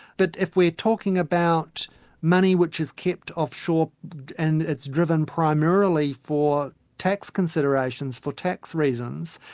but if we're talking about money which is kept offshore and it's driven primarily for tax considerations, for tax reasons,